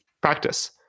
Practice